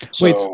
Wait